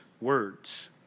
words